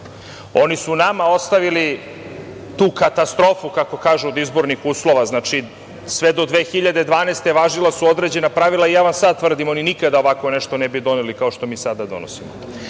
Oni su nama ostavili tu katastrofu, kako kažu, od izbornih uslova. Znači, sve do 2012. godine važila su određena pravila i ja vam sada tvrdim, oni nikada ovako nešto ne bi doneli, kao što mi sada donosimo. Ali